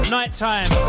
Nighttime